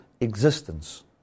existence